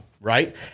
right